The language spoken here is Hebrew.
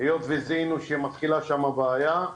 היות וזיהינו שמתחילה שמה בעיה,